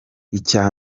icya